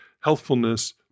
healthfulness